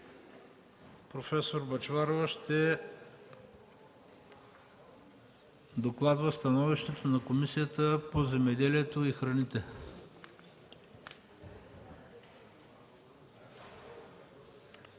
Професор Бъчварова ще докладва становището на Комисията по земеделието и храните.